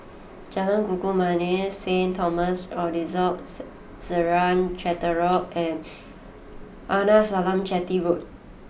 Jalan Kayu Manis Saint Thomas Orthodox Syrian Cathedral and Arnasalam Chetty Road